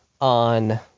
on